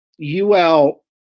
UL